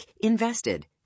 Invested